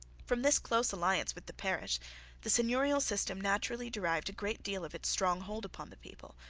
from this close alliance with the parish the seigneurial system naturally derived a great deal of its strong hold upon the people,